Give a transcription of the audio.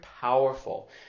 powerful